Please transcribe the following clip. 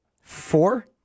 Four